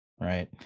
right